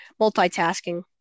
multitasking